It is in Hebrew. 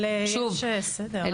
לימור סון הר מלך (עוצמה יהודית): אבל יש סדר,